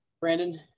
Brandon